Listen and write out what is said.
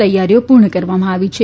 તૈયારીઓ પૂર્ણ કરવામાં આવી છે